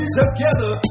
together